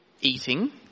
eating